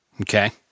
okay